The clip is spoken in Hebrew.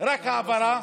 רק של העברה.